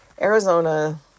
Arizona